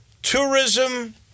Tourism